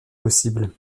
possible